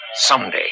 Someday